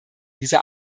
dieser